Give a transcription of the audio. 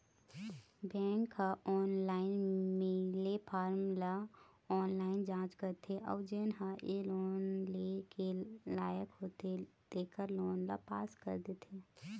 bank ह online मिले form ल ऑनलाईन जाँच करथे अउ जेन ह ए लोन लेय के लइक होथे तेखर लोन ल पास कर देथे